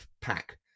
pack